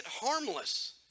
harmless